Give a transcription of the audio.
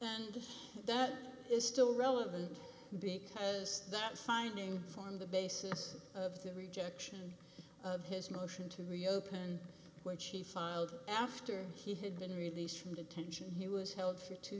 and that is still relevant because that finding form the basis of the rejection of his motion to reopen which he filed after he had been released from detention he was held for two